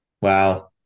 Wow